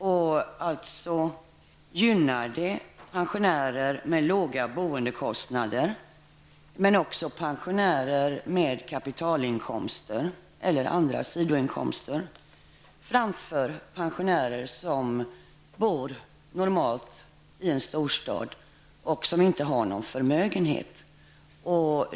Alltså gynnar det pensionärer med låga boendekostnader men också med kapitalinkomster eller andra sidoinkomster, framför pensionärer som bor till normala kostnader i en storstad och som inte har någon förmögenhet.